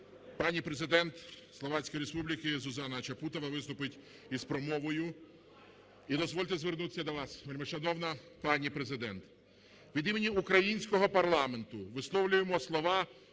пані Президент Словацької Республіки Зузана Чапутова виступить із промовою. І дозвольте звернутися до вас, вельмишановна пані Президент. Від імені українського парламенту висловлюємо слова